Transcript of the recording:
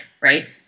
Right